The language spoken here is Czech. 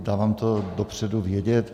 Dávám to dopředu vědět.